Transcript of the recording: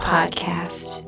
Podcast